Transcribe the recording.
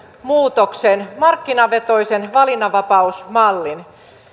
muutoksen markkinavetoisen valinnanvapausmallin